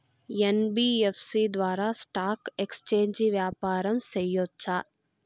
NBFC ద్వారా stock exchange వ్యాపారం సేయొచ్చా?